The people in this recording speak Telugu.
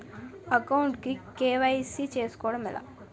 అకౌంట్ కు కే.వై.సీ చేసుకోవడం ఎలా?